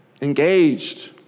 engaged